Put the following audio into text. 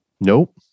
Nope